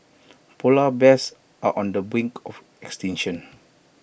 Polar Bears are on the brink of extinction